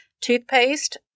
toothpaste